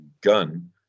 gun